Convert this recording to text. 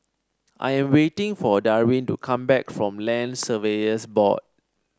I am waiting for Darwyn to come back from Land Surveyors Board